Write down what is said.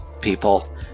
people